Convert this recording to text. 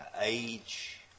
age